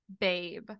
babe